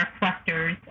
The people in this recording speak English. reflectors